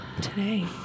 Today